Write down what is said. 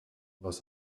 was